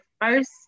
first